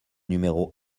numéro